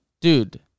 dude